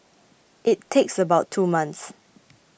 it takes about two months